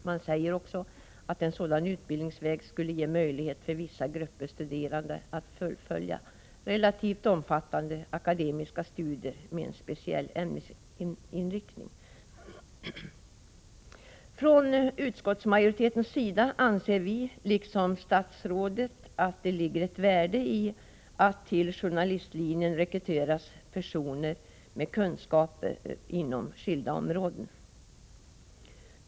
Man säger att en sådan utbildning skulle ge möjlighet för vissa grupper studerande att fullfölja relativt omfattande akademiska studier med en speciell ämnesinriktning. Utskottsmajoriteten anser, liksom statsrådet, att det ligger ett värde i att det till journalistlinjen rekryteras personer med kunskaper inom skilda områden.